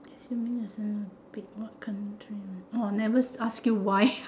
assuming expenses were paid what country would orh never ask you why